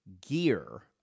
gear